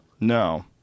No